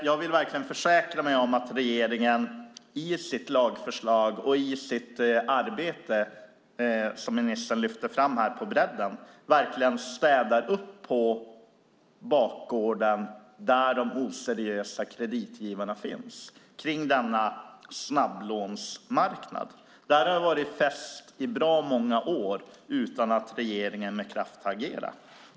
Jag vill verkligen försäkra mig om att regeringen i sitt lagförslag och i sitt arbete på bredden, som ministern lyfte fram, verkligen städar upp på bakgården där de oseriösa kreditgivarna på denna snabblånemarknad finns. Där har det varit fest i många år utan att regeringen har reagerat med kraft.